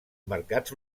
mercats